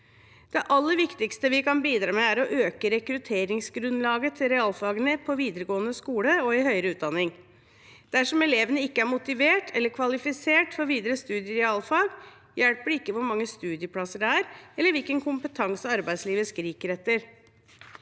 Det aller viktigste vi kan bidra med, er å øke rekrutteringsgrunnlaget til realfagene på videregående skole og i høyere utdanning. Dersom elevene ikke er motivert eller kvalifisert for videre studier i realfag, hjelper det ikke hvor mange studieplasser det er, eller hvilken kompetanse arbeidslivet skriker etter.